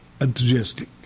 enthusiastic